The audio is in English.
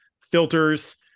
filters